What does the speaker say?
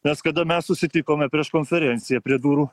nes kada mes susitikome prieš konferenciją prie durų